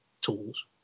tools